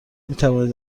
میتوانید